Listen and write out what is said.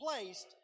placed